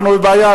אנחנו בבעיה,